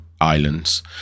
islands